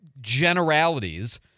generalities